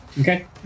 Okay